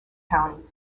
county